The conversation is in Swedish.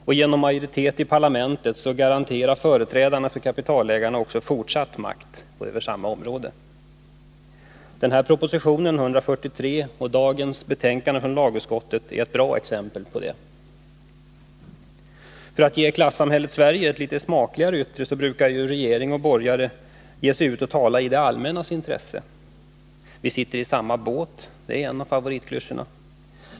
Genom majoritet i parlamentet garanterar företrädarna för kapitalägarna också fortsatt makt över samma område. Proposition 143 och dagens betänkande från lagutskottet är bra exempel på detta. För att ge klassamhället Sverige ett litet smakligare yttre brukar regering och borgare ge sig ut och tala i det allmännas intresse. Vi sitter i samma båt — det är en av favoritklyschorna.